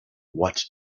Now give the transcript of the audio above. what